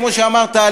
כמו שאמרת,